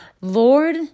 Lord